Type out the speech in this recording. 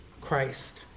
Christ